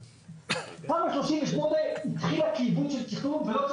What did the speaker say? כפי ששמעתם כאן, לגבי היתרון לגודל שבו צריך